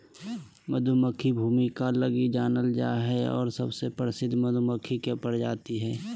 मधुमक्खी भूमिका लगी जानल जा हइ और सबसे प्रसिद्ध मधुमक्खी के प्रजाति हइ